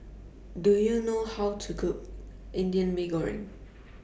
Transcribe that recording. Do YOU know How to Cook Indian Mee Goreng